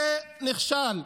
זה נכשל.